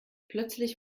plötzlich